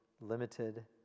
limited